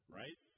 right